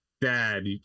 dad